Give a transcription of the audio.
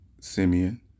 Simeon